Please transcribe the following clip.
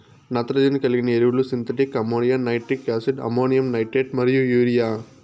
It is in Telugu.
నత్రజని కలిగిన ఎరువులు synthetic ammonia, nitric acid, ammonium nitrate మరియు యూరియా